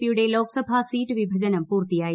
പിയുടെ ലോക്സഭാ സീറ്റ് വിഭജനം പൂർത്തിയായി